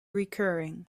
recurring